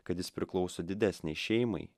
kad jis priklauso didesnei šeimai